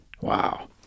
Wow